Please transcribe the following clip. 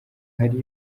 hari